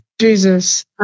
jesus